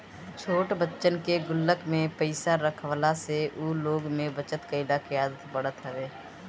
छोट बच्चन के गुल्लक में पईसा रखवला से उ लोग में बचत कइला के आदत पड़त हवे